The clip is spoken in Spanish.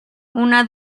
una